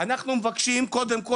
אנחנו מבקשים עכשיו, קודם כל,